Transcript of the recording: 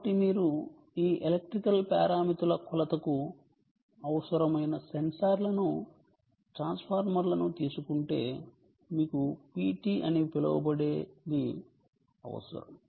కాబట్టి మీరు ఈ ఎలక్ట్రికల్ పారామితుల కొలతకు అవసరమైన సెన్సార్లను ట్రాన్స్ఫార్మర్లను తీసుకుంటే మీకు PT అని పిలువబడేది అవసరం